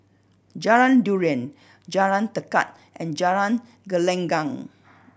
Jalan Durian Jalan Tekad and Jalan Gelenggang